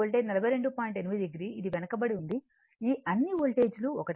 8 o ఇది వెనుకబడి ఉంది ఈ అన్ని వోల్టేజీలు ఒకటే 44